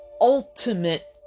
ultimate